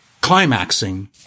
climaxing